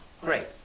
Great